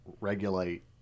regulate